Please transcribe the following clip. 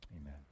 Amen